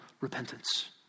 repentance